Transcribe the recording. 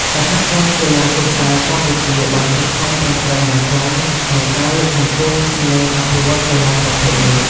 សហព័ន្ធកីឡាគុនដាវកម្ពុជាបានខិតខំប្រឹងប្រែងយ៉ាងខ្លាំងក្នុងការលើកកម្ពស់ និងអភិវឌ្ឍកីឡាប្រភេទនេះ។